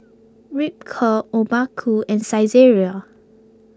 Ripcurl Obaku and Saizeriya